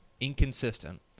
inconsistent